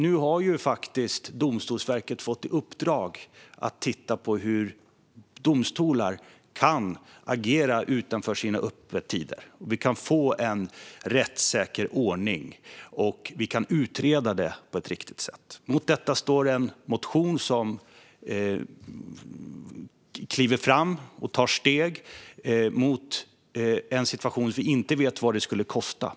Nu har Domstolsverket fått i uppdrag att titta på hur domstolar kan agera utanför sina öppettider. Det handlar om att få en rättssäker ordning och om att utreda detta på ett riktigt sätt. Mot detta står en motion som kliver fram och tar steg mot en situation med ovissa kostnader.